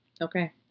Okay